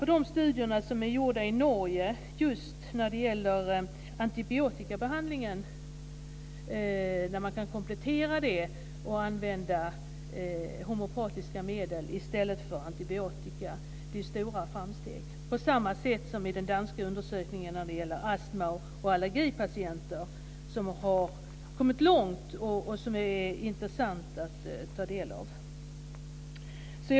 I Norge har det gjorts studier av antibiotikabehandling. Den kan kompletterats eller ersättas av homeopatiska medel. Det innebär stora framsteg. På samma sätt är det med den danska undersökningen av astma och allergipatienter. Man har kommit långt. Det är intressant att ta del av de undersökningarna.